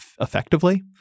effectively